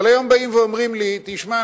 אבל היום באים ואומרים לי: תשמע,